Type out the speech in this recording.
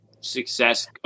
success